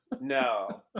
No